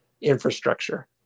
infrastructure